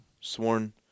sworn